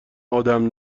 آدم